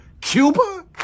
Cuba